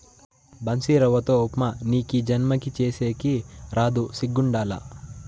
బన్సీరవ్వతో ఉప్మా నీకీ జన్మకి సేసేకి రాదు సిగ్గుండాల